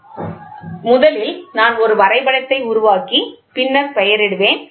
எனவே முதலில் நான் வரைபடத்தை உருவாக்கி பின்னர் பெயரிடுவேன்